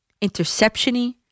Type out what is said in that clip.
interception-y